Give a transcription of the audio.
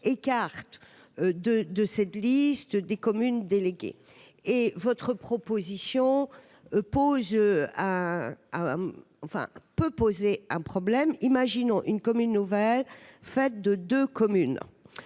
écarte de de ces 2 listes des communes déléguées et votre proposition pose à enfin peut poser un problème, imaginons une commune nouvelle faite de 2 communes